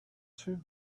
too